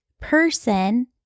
person